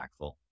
impactful